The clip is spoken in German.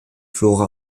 flora